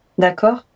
D'accord